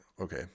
okay